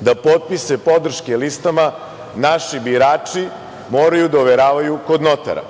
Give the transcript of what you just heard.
da potpise podrške listama naši birači moraju da overavaju kod notara.